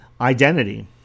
identity